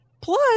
plus